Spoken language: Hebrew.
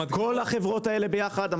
כל החברות האלה ביחד?